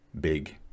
big